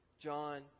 John